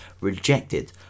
rejected